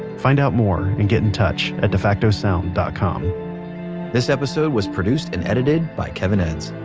find out more and get in touch at defactosound dot com this episode was produced and edited by kevin edds,